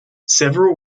several